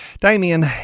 Damien